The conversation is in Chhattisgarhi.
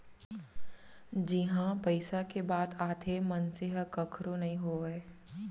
जिहाँ पइसा के बात आथे मनसे ह कखरो नइ होवय